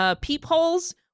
peepholes